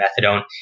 methadone